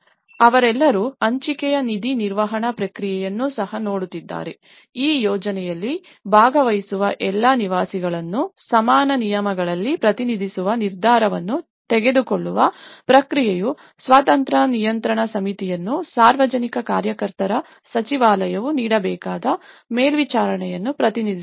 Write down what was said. ಆದ್ದರಿಂದ ಅವರೆಲ್ಲರೂ ಹಂಚಿಕೆಯ ನಿಧಿ ನಿರ್ವಹಣಾ ಪ್ರಕ್ರಿಯೆಯನ್ನು ಸಹ ನೋಡುತ್ತಿದ್ದಾರೆ ಈ ಯೋಜನೆಯಲ್ಲಿ ಭಾಗವಹಿಸುವ ಎಲ್ಲಾ ನಿವಾಸಿಗಳನ್ನು ಸಮಾನ ನಿಯಮಗಳಲ್ಲಿ ಪ್ರತಿನಿಧಿಸುವ ನಿರ್ಧಾರವನ್ನು ತೆಗೆದುಕೊಳ್ಳುವ ಪ್ರಕ್ರಿಯೆಯು ಸ್ವತಂತ್ರ ನಿಯಂತ್ರಣ ಸಮಿತಿಯನ್ನು ಸಾರ್ವಜನಿಕ ಕಾರ್ಯಕರ್ತರ ಸಚಿವಾಲಯವು ನೀಡಬೇಕಾದ ಮೇಲ್ವಿಚಾರಣೆಯನ್ನು ಪ್ರತಿನಿಧಿಸುತ್ತದೆ